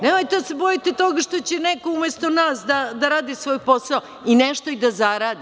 Nemojte da se bojite toga što će neko umesto nas da radi svoj posao i nešto da zaradi.